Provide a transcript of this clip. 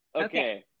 Okay